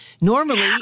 Normally